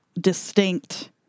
distinct